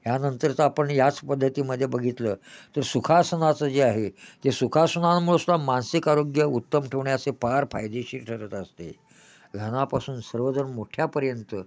यानंतरच आपण याच पद्धतीमध्ये बघितलं तर सुखासनाचं जे आहे ते सुखासनांमुळं सुद्धा मानसिक आरोग्य उत्तम ठेवण्यास हे फार फायदेशीर ठरत असते लहानापासून सर्वजण मोठ्यापर्यंत